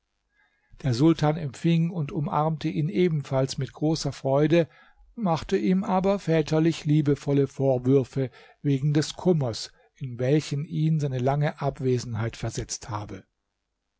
der sultan empfing und umarmte ihn ebenfalls mit großer freude machte ihm aber väterlich liebevolle vorwürfe wegen des kummers in welchen ihn seine lange abwesenheit versetzt habe